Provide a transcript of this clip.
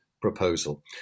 proposal